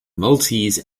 maltese